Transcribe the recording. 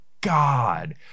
god